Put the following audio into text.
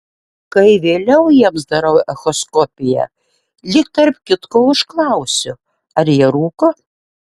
kai vėliau jiems darau echoskopiją lyg tarp kitko užklausiu ar jie rūko